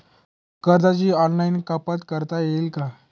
कर्जाची ऑनलाईन कपात करता येईल का?